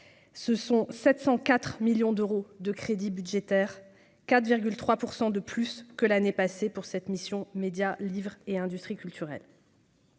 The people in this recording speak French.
ce sont 704 millions d'euros de crédits budgétaires 4,3 pour 100 de plus que l'année passée pour cette mission Médias livre et industries culturelles.